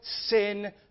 sin